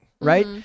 right